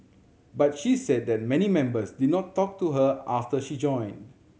but she said that many members did not talk to her after she joined